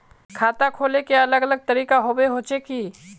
खाता खोले के अलग अलग तरीका होबे होचे की?